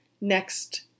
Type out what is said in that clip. next